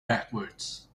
backwards